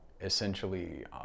essentially